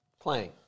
Playing